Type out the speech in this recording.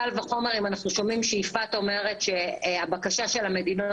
קל וחומר אם אנחנו שומעים שיפעת אומרת שהבקשה של המדינות